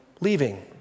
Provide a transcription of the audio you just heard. leaving